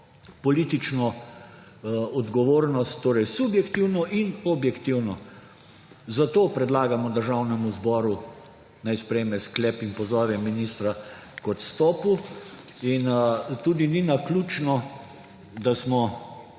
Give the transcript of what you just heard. politično odgovornost, torej subjektivno in objektivno. Zato predlagamo Državnemu zboru, naj sprejme sklep in pozove ministra k odstopu. Tudi ni naključno, da smo